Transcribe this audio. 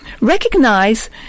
Recognize